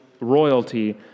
royalty